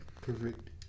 perfect